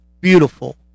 Beautiful